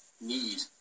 need